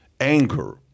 anger